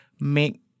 make